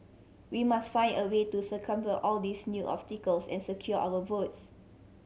we must find a way to circumvent all these new obstacles and secure our votes